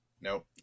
Nope